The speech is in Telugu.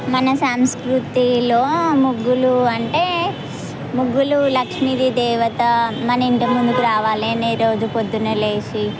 మన సంస్కృతిలో ముగ్గులు అంటే ముగ్గులు లక్ష్మీ దేవత మన ఇంటి ముందుకు రావాలని రోజు పొద్దున్నే లేసి